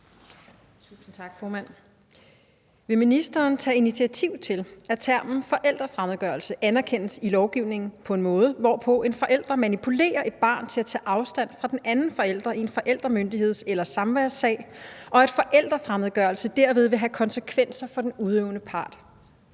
(DF): Tak, formand. Vil ministeren tage initiativ til, at termen forældrefremmedgørelse anerkendes i lovgivningen som en måde, hvorpå en forælder manipulerer et barn til at tage afstand fra den anden forælder i en forældremyndigheds- eller samværssag, og at forældrefremmedgørelse derved vil have konsekvenser for den udøvende part?